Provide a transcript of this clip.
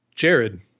Jared